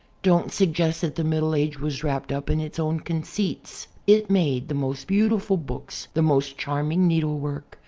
don't suggest that the middle age was wrapped up in its own conceits. it made the most beautiful books, the most charming needlework,